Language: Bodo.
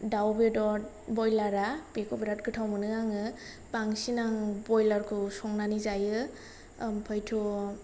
दाउ बेदर ब्रयलारा बेखौ बिराद गोथाव मोनो आङो बांसिन आं ब्रयलार खौ संनानै जायो ओमफ्रायथ'